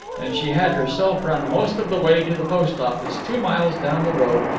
and she had herself run most of the way to the post office two miles down the road,